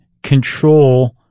control